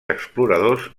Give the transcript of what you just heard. exploradors